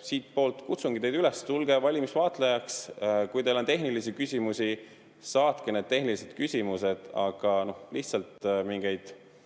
Seega ma kutsungi teid üles, tulge valimisvaatlejaks. Kui teil on tehnilisi küsimusi, saatke mulle need tehnilised küsimused. Aga lihtsalt [rääkida]